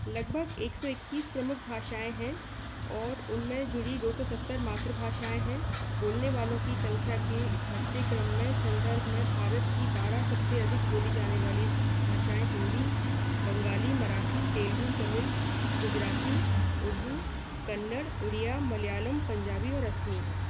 लगभग एक सौ इक्कीस प्रमुख भाषाएं हैं और उन में जुड़ी दो सो सत्तर मातृभाषाएं हैं बोलने वालों की संख्या के घटते क्रम में संदर्भ में भारत की बारह सब से अधिक बोली जाने वाली भाषाएं हिन्दी बंगाली मराठी तेलगु तमिल गुजराती उर्दू कन्नड उड़िया मलयालम पंजाबी और असमी हैं